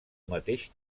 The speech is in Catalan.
mateix